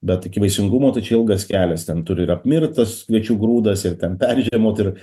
bet iki vaisingumo tai čia ilgas kelias ten turi ir apmirt tas kviečių grūdas ir ten peržiemot ir